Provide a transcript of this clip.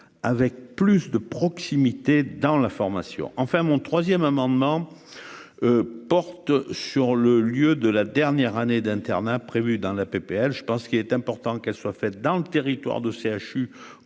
avec plus de proximité dans la formation, enfin mon 3ème amendement porte sur le lieu de la dernière année d'internat, prévu dans la PPL, je pense qu'il est important qu'elle soit faite dans le territoire de CHU